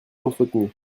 entretenu